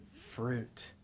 fruit